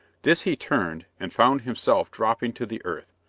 this he turned, and found him-self dropping to the earth,